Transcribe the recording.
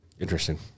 Interesting